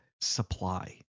supply